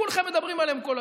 כולכם מדברים עליהם כל היום.